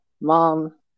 mom